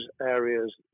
areas